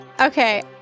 Okay